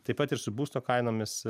taip pat ir su būsto kainomis